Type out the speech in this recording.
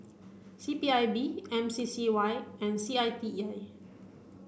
C P I B M C C Y and C I T E I